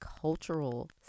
cultural